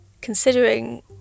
considering